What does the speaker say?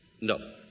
No